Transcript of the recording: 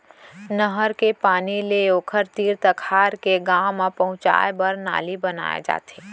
नहर के पानी ले ओखर तीर तखार के गाँव म पहुंचाए बर नाली बनाए जाथे